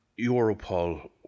Europol